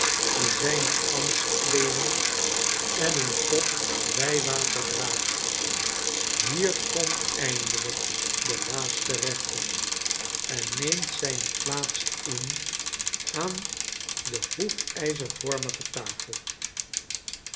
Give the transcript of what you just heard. die zijne ambtskleeding en een pot wijwater draagt hier komt eindelijk de laatste rechter en neemt zijne plaats in aan de hoefijzervormige tafel